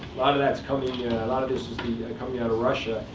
lot of that's coming and and a lot of this is coming out of russia,